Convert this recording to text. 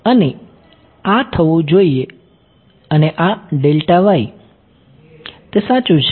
અને આ થવું જોઈએ અને આ તે સાચું છે